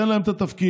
תן להם את התפקיד,